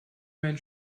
mein